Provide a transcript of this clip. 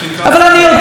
אבל אני יודעת,